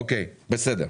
אוקיי, בסדר.